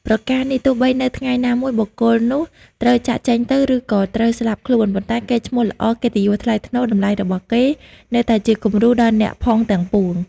ប្រការនេះ ទោះបីនៅថ្ងៃណាមួយបុគ្គលនោះត្រូវចាកចេញទៅ ឬក៏ត្រូវស្លាប់ខ្លួន ប៉ុន្តែកេរ្តិ៍ឈ្មោះល្អ កិត្តិយសថ្លៃថ្នូរ តម្លៃរបស់គេ នៅតែជាគំរូដល់អ្នកផងទាំងពួង។